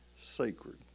sacred